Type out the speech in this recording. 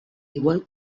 igual